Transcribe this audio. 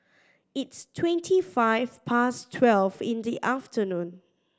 its twenty five past twelve in the afternoon